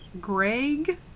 Greg